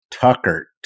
Tucker